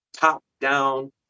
top-down